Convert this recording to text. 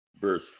verse